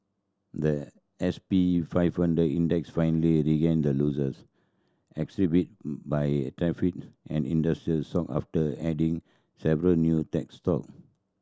the S P five hundred Index finally regained losses attributed by tariff on industrial stocks after adding several new tech stock